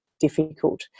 difficult